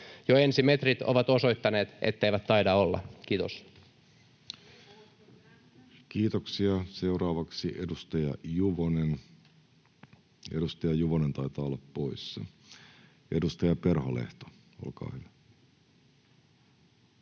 Jo ensi metrit ovat osoittaneet, etteivät taida olla. — Kiitos. Kiitoksia. — Seuraavaksi edustaja Juvonen. Edustaja Juvonen taitaa olla poissa. — Edustaja Perholehto, olkaa hyvä.